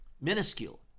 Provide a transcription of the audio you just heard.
minuscule